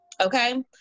okay